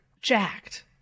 jacked